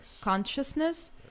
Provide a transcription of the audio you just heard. consciousness